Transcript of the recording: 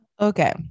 Okay